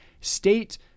state